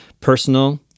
personal